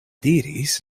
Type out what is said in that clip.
diris